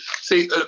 See